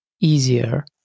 easier